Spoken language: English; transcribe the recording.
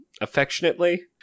affectionately